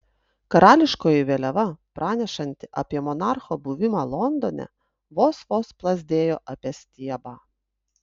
karališkoji vėliava pranešanti apie monarcho buvimą londone vos vos plazdėjo apie stiebą